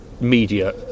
media